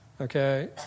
Okay